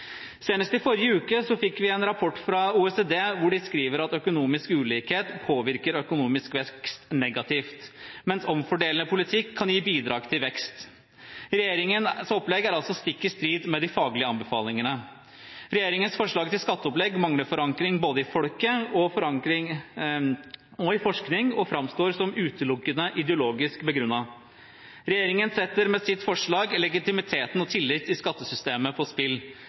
Senest i forrige uke fikk vi en rapport fra OECD, hvor de skriver at økonomisk ulikhet påvirker økonomisk vekst negativt, mens omfordelende politikk kan gi bidrag til vekst. Regjeringens opplegg er altså stikk i strid med de faglige anbefalingene. Regjeringens forslag til skatteopplegg mangler forankring både i folket og i forskning, og framstår som utelukkende ideologisk begrunnet. Regjeringen setter med sitt forslag legitimiteten og tillit i skattesystemet på spill.